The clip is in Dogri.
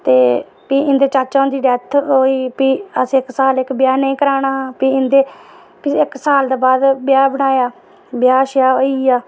ते भी इं'दे चाचा हुंदी डैत्थ ते भी इं'दे चाचा हुंदी डैत्थ होई ते भी असें इक साल इं'दा ब्याह् नेईं कराना हा भी इं'दे इक साल दे बाद ब्याह् बनाया ब्याह् होई गेआ